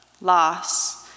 loss